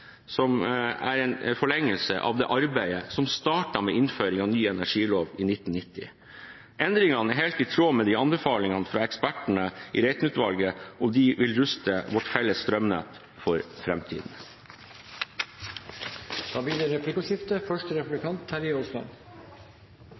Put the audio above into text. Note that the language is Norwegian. som er en forlengelse av arbeidet som startet med innføringen av den nye energiloven i 1990. Endringene er helt i tråd med anbefalingene fra ekspertene i Reiten-utvalget, og de vil ruste vårt felles strømnett for framtiden. Det blir replikkordskifte. Mye av det